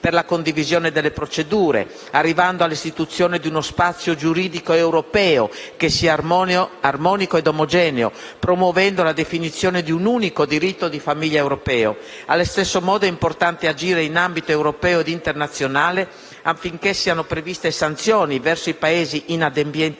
per la condivisione delle procedure, arrivando all'istituzione di uno spazio giuridico europeo che sia armonico ed omogeneo e promuovendo la definizione di un unico diritto di famiglia europeo. Allo stesso modo, è importante agire in ambito europeo ed internazionale affinché siano previste sanzioni verso i Paesi inadempienti